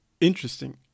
interesting